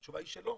התשובה היא לא.